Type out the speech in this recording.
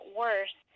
worse